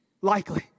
Likely